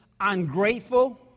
ungrateful